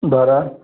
बरंं